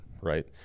right